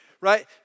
right